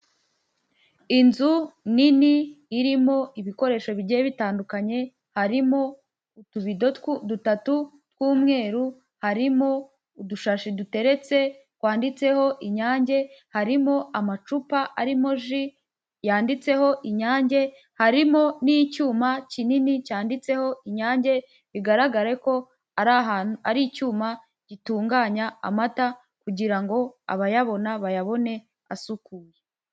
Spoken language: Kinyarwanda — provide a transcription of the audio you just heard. Inzu nini irimo ibikoresho bigiye bitandukanye harimo utubidotwe dutatu tw'umweru, harimo udushashi duteretse twanditseho inyange, harimo amacupa arimo ji yanditseho inyange, harimo n'icyuma kinini cyanditseho inyange bigaragare ko ari ahantu ari icyuma gitunganya amata kugira ngo abayabona bayabone asukuye.